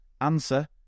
answer